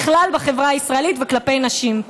בכלל בחברה הישראלית וכלפי נשים.